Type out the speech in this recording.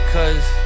Cause